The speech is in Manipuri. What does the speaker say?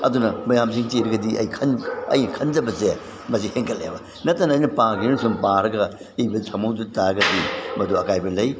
ꯑꯗꯨꯅ ꯃꯌꯥꯝꯁꯤꯡꯁꯤ ꯏꯔꯒꯗꯤ ꯑꯩꯅ ꯈꯟꯖꯕꯁꯦ ꯃꯁꯤ ꯍꯦꯟꯀꯠꯂꯦꯕ ꯅꯠꯇꯅ ꯑꯩꯅ ꯄꯥꯒꯦꯅ ꯁꯨꯝ ꯄꯥꯔꯒ ꯏꯗꯅ ꯊꯝꯍꯧꯗ ꯇꯥꯔꯒꯗꯤ ꯃꯗꯨ ꯑꯀꯥꯏꯕ ꯂꯩ